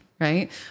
right